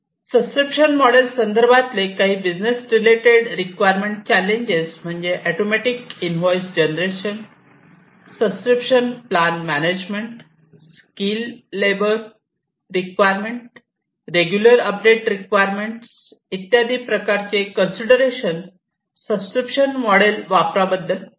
subscription model संदर्भातले काही business related requirement challenges म्हणजे automatic invoice generation subscription plan management skill labour requirement regular update requirement इत्यादी प्रकारचे consideration subscription model वापरा बद्दल आहेत